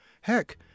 heck